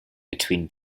between